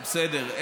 בסדר.